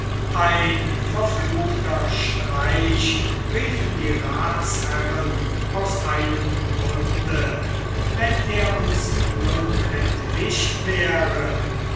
ein verfluchter streich riefen die ratsherren aus einem munde wenn er uns nun entwischt wäre